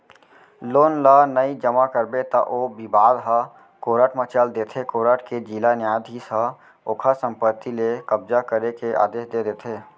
loan ल नइ जमा करबे त ओ बिबाद ह कोरट म चल देथे कोरट के जिला न्यायधीस ह ओखर संपत्ति ले कब्जा करे के आदेस दे देथे